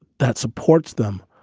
that supports them.